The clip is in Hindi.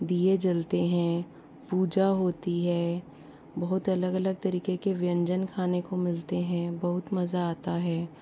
दिये जलते हैं पूजा होती है बहुत अलग अलग तरीके के व्यंजन खाने को मिलते हैं बहुत मज़ा आता है